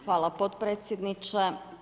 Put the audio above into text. Hvala potpredsjedniče.